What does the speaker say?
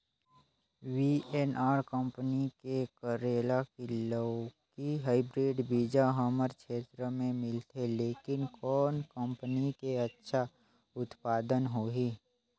VNR company के करेला की लौकी हाईब्रिड बीजा हमर क्षेत्र मे मिलथे, लेकिन कौन कंपनी के अच्छा उत्पादन होही?